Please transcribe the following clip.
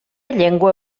llengua